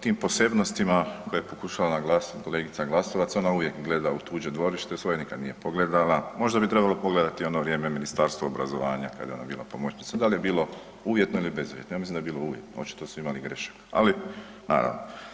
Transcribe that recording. tim posebnostima koje je pokušala naglasiti kolegica Glasovac, ona uvijek gleda u tuđe dvorište, u svoje nikad nije pogledala, možda bi trebala pogledati u ono vrijeme Ministarstvo obrazovanja kad je ona bila pomoćnica, da li je bilo uvjetno ili bezuvjetno, ja mislim da je bilo uvjetno, očito su imali grešaka ali naravno.